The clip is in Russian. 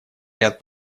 ряд